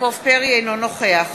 אינו נוכח